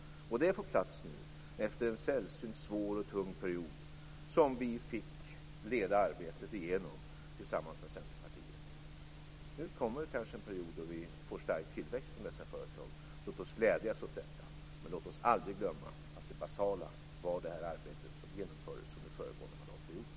Det får plats nu, efter en sällsynt svår och tung period, som vi fick leda arbetet igenom tillsammans med Centerpartiet. Nu kommer kanske en period då vi får stark tillväxt i dessa företag. Låt oss glädjas åt detta, men låt oss aldrig glömma att det basala var det arbete som genomfördes under föregående mandatperiod!